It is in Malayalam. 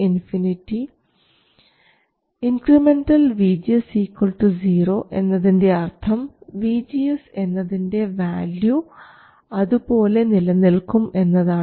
ഇൻക്രിമെൻറൽ VGS 0 എന്നതിൻറെ അർത്ഥം VGS എന്നതിൻറെ വാല്യു അതുപോലെ നിലനിൽക്കും എന്നതാണ്